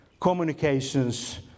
communications